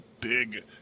Big